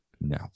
No